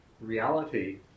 reality